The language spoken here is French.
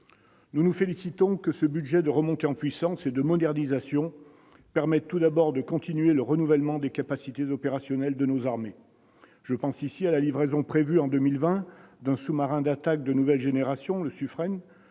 Nous nous félicitons que ce budget de remontée en puissance et de modernisation permette tout d'abord de continuer le renouvellement des capacités opérationnelles de nos armées. Je pense à la livraison, prévue en 2020, d'un sous-marin d'attaque de nouvelle génération, le Suffren,